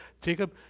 Jacob